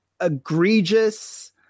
egregious